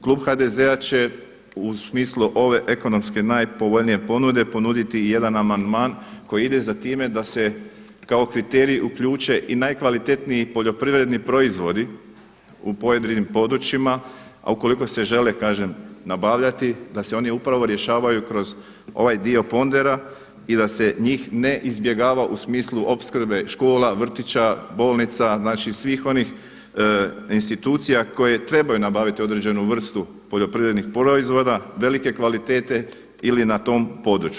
Klub HDZ-a će u smislu ove ekonomske najpovoljnije ponude ponuditi i jedan amandman koji ide za time da se kao kriterij uključe i najkvalitetniji poljoprivredni proizvodi u pojedinim područjima, a ukoliko se žele kažem nabavljati da se oni upravo rješavaju kroz ovaj dio pondera i da se njih ne izbjegava u smislu opskrbe škola, vrtića, bolnica, znači svih onih institucija koje trebaju nabaviti određenu vrstu poljoprivrednih proizvoda velike kvalitete ili na tom području.